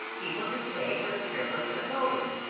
people just pay for the privilege of voting,